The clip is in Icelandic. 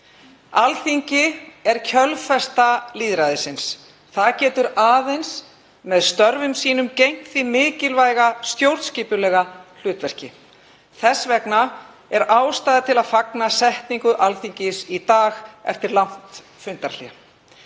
Alþingi er kjölfesta lýðræðisins. Það getur aðeins með störfum sínum gegnt því mikilvæga stjórnskipulega hlutverki. Þess vegna er ástæða til að fagna setningu Alþingis í dag eftir langt fundarhlé.